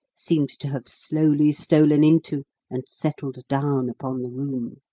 seemed to have slowly stolen into and settled down upon the room,